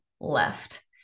left